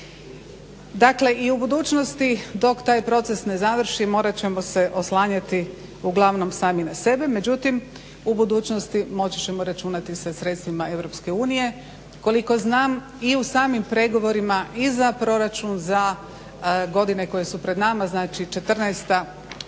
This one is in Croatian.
Dakle i u budućnosti dok taj proces ne završi morat ćemo se oslanjati uglavnom sabi na sebe, međutim u budućnosti moći ćemo računati sa sredstvima EU. Koliko znam i u samim pregovorima i za proračun za godine koje su pred nama znači 2014.,